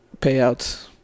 payouts